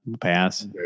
pass